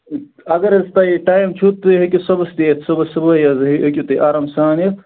اَگر حظ تۅہہِ ٹایِم چھُو تُہۍ ہیٚکِو صُبحَس تہِ یتھ صُبحَس صُبحے حظ ہیٚکِو تُہۍ آرام سان یتھ